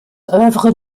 œuvre